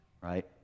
Right